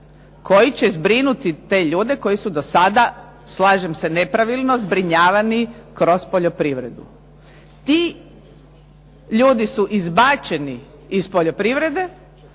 koji će zbrinuti te ljude koji su do sada, slažem se nepravilno, zbrinjavani kroz poljoprivredu. Ti ljudi su izbačeni iz poljoprivrede